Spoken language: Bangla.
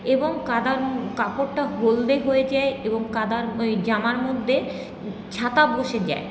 এবং কাদা কাপড়টা হলদে হয়ে যায় এবং কাদার ওই জামার মধ্যে ছাতা বসে যায়